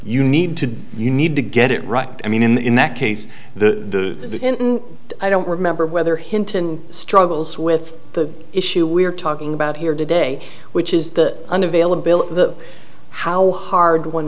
you need to you need to get it right i mean in that case the i don't remember whether hinton struggles with the issue we're talking about here today which is the unavailable the how hard